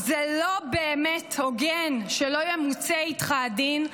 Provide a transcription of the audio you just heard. זה לא באמת הוגן שלא ימוצה איתך הדין,